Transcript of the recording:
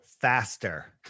faster